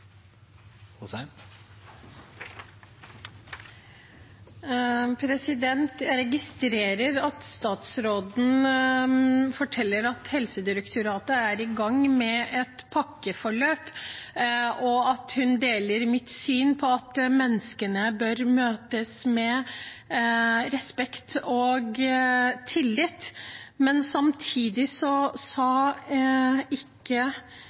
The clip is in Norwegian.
i gang med et pakkeforløp, og at hun deler mitt syn på at menneskene bør møtes med respekt og tillit. Samtidig svarte ikke